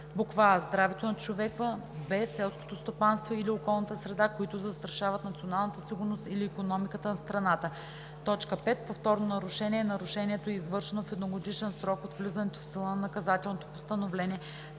за: а) здравето на човека; б) селското стопанство или околната среда, които застрашават националната сигурност или икономиката на страната. 5. „Повторно нарушение“ е нарушението, извършено в едногодишен срок от влизането в сила на наказателното постановление,